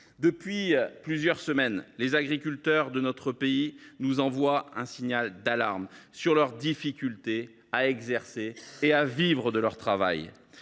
Depuis plusieurs semaines, les agriculteurs de notre pays nous envoient un signal d’alarme sur leurs difficultés à exercer et à vivre de leur travail.